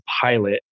pilot